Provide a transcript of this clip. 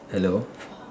hello